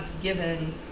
given